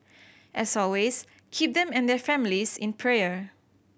as always keep them and their families in prayer